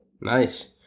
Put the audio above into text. Nice